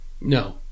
No